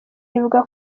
rivuga